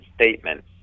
statement